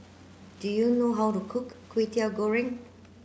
do you know how to cook Kway Teow Goreng